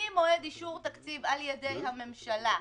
ממועד אישור תקציב על ידי הממשלה,